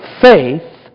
faith